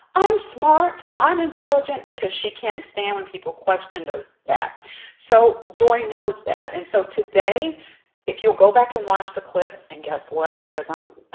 i'm smart i'm intelligent because she can't stand when people question those back so joy knows that and so today if you'll go back and watch the clips and guess what because i'm